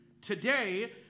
today